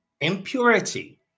impurity